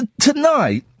tonight